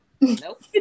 Nope